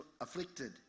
afflicted